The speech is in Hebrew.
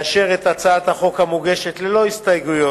בבקשה לאשר את הצעת החוק המוגשת ללא הסתייגויות